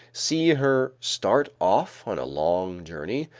see her start off on a long journey,